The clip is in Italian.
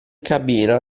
cabina